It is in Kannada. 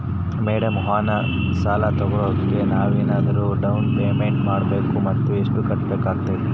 ಮೇಡಂ ವಾಹನ ಸಾಲ ತೋಗೊಳೋಕೆ ನಾವೇನಾದರೂ ಡೌನ್ ಪೇಮೆಂಟ್ ಮಾಡಬೇಕಾ ಮತ್ತು ಎಷ್ಟು ಕಟ್ಬೇಕಾಗ್ತೈತೆ?